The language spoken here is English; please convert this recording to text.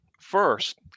First